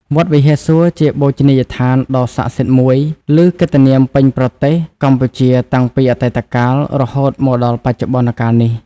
វត្តវិហារសួរ ជាបូជនីយដ្ឋានដ៏សក្តិសិទ្ធិមួយ ឮកិត្តិនាមពេញប្រទេសកម្ពុជាតាំងពីអតីតកាល រហូតមកដល់បច្ចុប្បន្ន កាលនេះ។